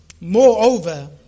Moreover